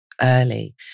early